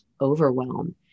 overwhelm